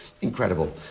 Incredible